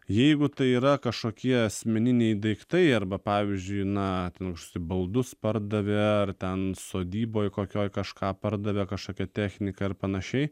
jeigu tai yra kažkokie asmeniniai daiktai arba pavyzdžiui na ten kažkoksai baldus pardavė ar ten sodyboj kokioj kažką pardavė kažkokią techniką ar panašiai